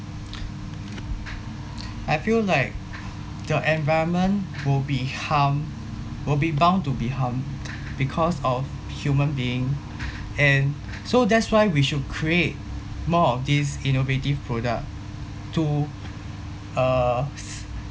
I feel like the environment will be harmed will be bound to be harmed because of human being and so that's why we should create more of these innovative product to uh